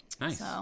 Nice